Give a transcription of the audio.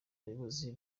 abayobozi